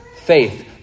faith